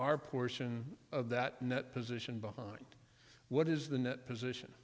our portion of that net position behind what is the net position